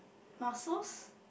muscles